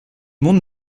monde